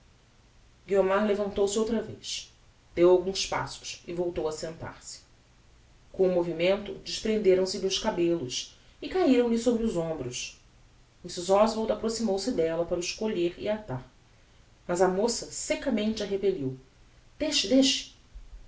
guiomar levantou-se outra vez deu alguns passos e voltou a sentar-se com o movimento desprenderam se lhe os cabellos e cairam lhe sobre os hombros mrs oswald approximou-se della para os colher e atar mas a moça seccamente a repelliu deixe deixe